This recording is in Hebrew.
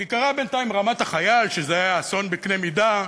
כי קרה בינתיים ברמת-החייל אסון בקנה מידה,